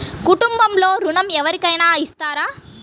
కుటుంబంలో ఋణం ఎవరికైనా ఇస్తారా?